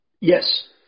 Yes